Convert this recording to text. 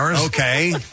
Okay